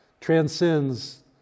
transcends